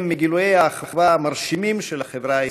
הם מגילויי האחווה המרשימים של החברה הישראלית.